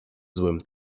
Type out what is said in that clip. złym